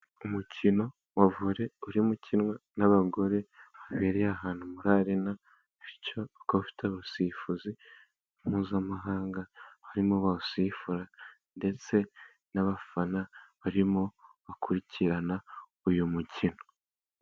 Umukino wa vole uri bukinwe n'abagore, wabereye ahantu kuri arena bityo ukaba ufite abasifuzi mpuzamahanga, barimo bawusifura ndetse n'abafana barimo bakurikirana uyu mukino.